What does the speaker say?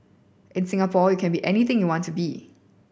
in Singapore you can be anything you want to be